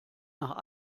nach